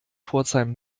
pforzheim